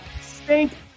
stink